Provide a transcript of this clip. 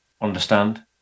understand